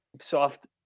soft